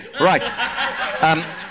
Right